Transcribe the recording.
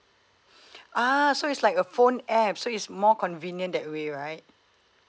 ah so it's like a phone app so it's more convenient that way right